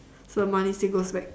so the money still goes back